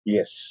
Yes